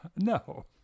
No